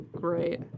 great